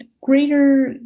greater